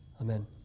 Amen